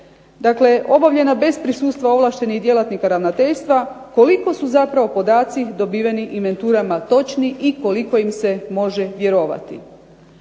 dakle obavljena bez prisustva ovlaštenih djelatnika ravnateljstva, koliko su zapravo podaci dobiveni inventurama točni i koliko im se može vjerovati.